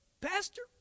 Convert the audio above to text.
Pastor